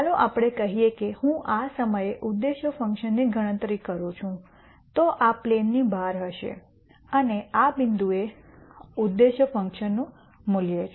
ચાલો આપણે કહીએ કે હું આ સમયે ઉદ્દેશ્ય ફંકશનની ગણતરી કરું છું તો આ પ્લેનની બહાર હશે અને આ બિંદુએ ઉદ્દેશ્ય ફંકશનનું મૂલ્ય છે